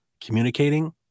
communicating